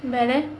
வேற:vera